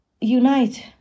unite